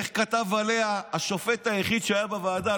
איך כתב עליה השופט היחיד שהיה בוועדה?